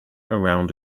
around